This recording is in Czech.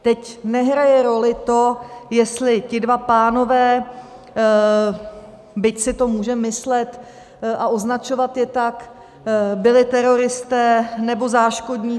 Teď nehraje roli to, jestli ti dva pánové, byť si to můžeme myslet a označovat je tak, byli teroristé, nebo záškodníci.